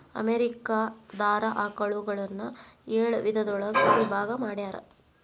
America ದಾರ ಆಕಳುಗಳನ್ನ ಏಳ ವಿಧದೊಳಗ ವಿಭಾಗಾ ಮಾಡ್ಯಾರ